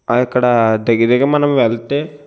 అక్కడ దగ్గరదగ్గర మనం వెళ్తే